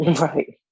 Right